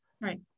Right